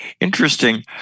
Interesting